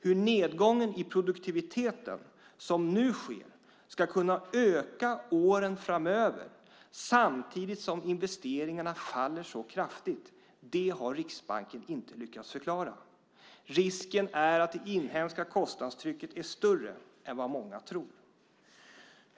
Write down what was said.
Hur produktiviteten med den nedgång som nu sker ska kunna öka under åren framöver samtidigt som investeringarna faller så kraftigt har Riksbanken inte lyckats förklara. Risken finns att det inhemska kostnadstrycket är större än vad många tror.